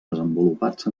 desenvolupats